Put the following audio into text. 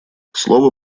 слово